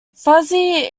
fuzzy